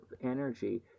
energy